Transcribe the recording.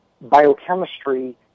biochemistry